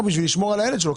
בשביל לשמור על הילד שלו,